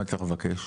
למה צריך לבקש?